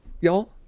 Y'all